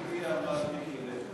הגיע מר מיקי לוי.